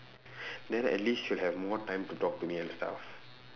then at least she will have more time to talk to me and stuff